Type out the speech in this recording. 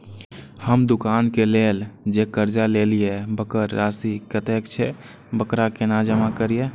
हम दुकान के लेल जे कर्जा लेलिए वकर राशि कतेक छे वकरा केना जमा करिए?